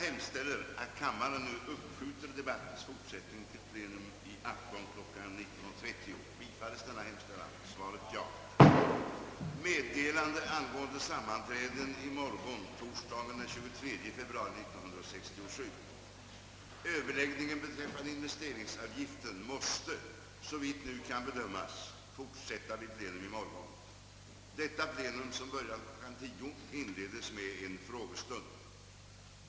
Överläggningen beträffande investeringsavgiften måste, såvitt nu kan bedömas, fortsätta vid plenum i morgon. Detta plenum, som börjar kl. 10.00, inledes med en frågestund.